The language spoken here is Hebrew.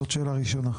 זו שאלה ראשונה.